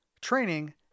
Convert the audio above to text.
training